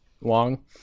long